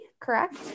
correct